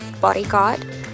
Bodyguard